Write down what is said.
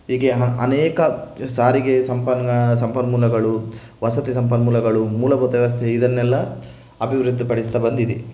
ಹೀಗೆ ಅನೇಕ ಸಾರಿಗೆ ಸಂಪನ್ನ ಸಂಪನ್ಮೂಲಗಳು ವಸತಿ ಸಂಪನ್ಮೂಲಗಳು ಮೂಲಭೂತ ವ್ಯವಸ್ಥೆ ಇದನ್ನೆಲ್ಲ ಅಭಿವೃದ್ದಿಪಡಿಸ್ತಾ ಬಂದಿದೆ